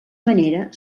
manera